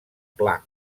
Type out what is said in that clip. pla